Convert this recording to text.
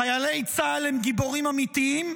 חיילי צה"ל הם גיבורים אמיתיים,